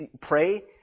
pray